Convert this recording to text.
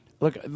Look